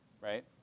right